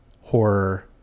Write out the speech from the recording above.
horror